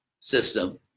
system